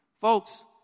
Folks